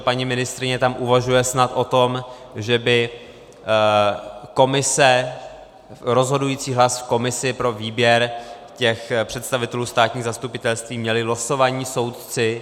Paní ministryně tam uvažuje snad o tom, že by rozhodující hlas v komisi pro výběr těch představitelů státních zastupitelství měli losovaní soudci.